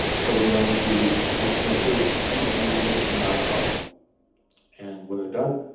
so we're down to one semester, student uses it, not a problem and when they're done,